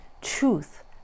truth